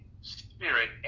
spirit